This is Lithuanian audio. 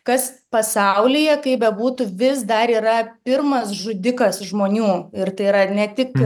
kas pasaulyje kaip bebūtų vis dar yra pirmas žudikas žmonių ir tai yra ne tik